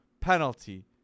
penalty